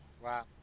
wow